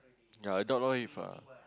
you're adult now with a